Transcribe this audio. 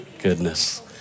goodness